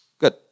Good